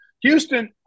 Houston